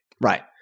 Right